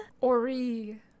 Ori